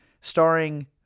starring